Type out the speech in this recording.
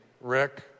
Rick